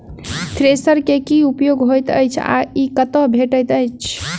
Thresher केँ की उपयोग होइत अछि आ ई कतह भेटइत अछि?